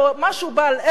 משהו בעל ערך,